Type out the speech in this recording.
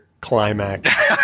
climax